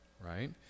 right